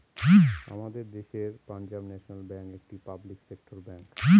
আমাদের দেশের Punjab national bank একটি পাবলিক সেক্টর ব্যাঙ্ক